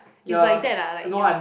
it's like that ah that like your